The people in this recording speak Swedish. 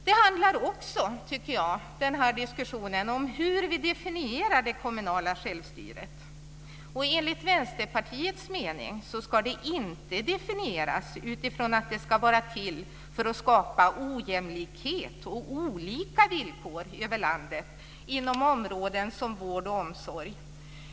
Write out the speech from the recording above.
Jag tycker också att diskussionen handlar om hur vi definierar det kommunala självstyret. Enligt Vänsterpartiets mening ska det inte definieras utifrån att det ska vara till för att skapa ojämlikhet och olika villkor över landet på områden som vård och omsorg.